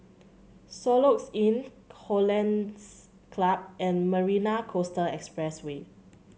Soluxe Inn Hollandse Club and Marina Coastal Expressway